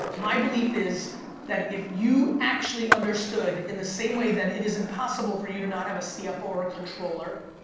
my belief is that if you actually understood in the same way that it is impossible for you to not have a cfo or a controller,